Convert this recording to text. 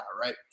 right